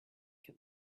can